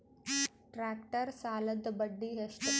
Tractor ಸಾಲದ್ದ ಬಡ್ಡಿ ಎಷ್ಟ?